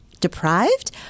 deprived